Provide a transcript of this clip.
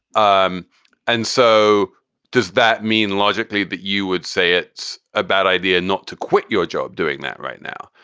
um and so does that mean logically that you would say it's a bad idea not to quit your job doing that right now?